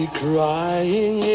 crying